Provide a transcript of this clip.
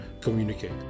communicate